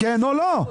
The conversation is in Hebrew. כן או לא?